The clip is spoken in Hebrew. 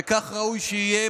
וכך ראוי שיהיה.